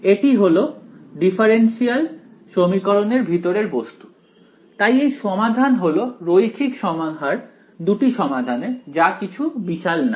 এটি হলো ডিফারেন্সিয়াল সমীকরণ এর ভিতরের বস্তু তাই এই সমাধান হলো রৈখিক সমাহার দুটি সমাধানের যা কিছু বিশাল না